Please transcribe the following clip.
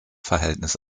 verhältnis